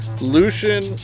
lucian